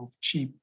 cheap